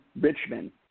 Richmond